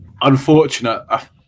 unfortunate